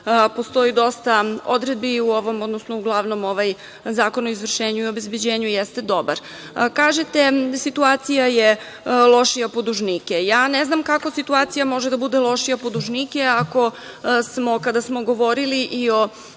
postoji dosta odredbi u glavnom Zakonu o izvršenju i obezbeđenju, koji jeste dobar. Kažete da je situacija lošija po dužnike. Ja ne znam kako situacija može da bude lošija po dužnike ako smo, kada smo govorili i o